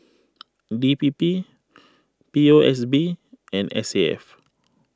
D P P O S B and S A F